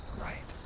right.